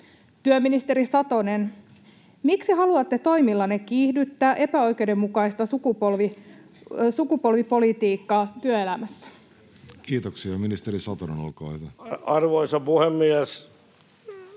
Työministeri Satonen, miksi haluatte toimillanne kiihdyttää epäoikeudenmukaista sukupolvipolitiikkaa työelämässä? Kiitoksia. — Ministeri Satonen, olkaa hyvä. Arvoisa puhemies!